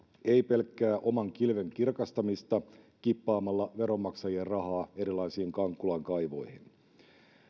ei pelkkää oman kilven kirkastamista kippaamalla veronmaksajien rahaa erilaisiin kankkulankaivoihin